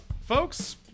folks